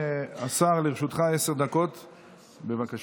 ההודעה שדורשת את אישור המליאה היא החלטת